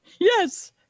Yes